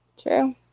True